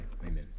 Amen